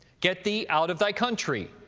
get thee out of thy country,